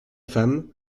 femme